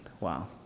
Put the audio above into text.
wow